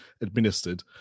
administered